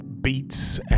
beats